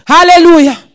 Hallelujah